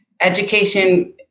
education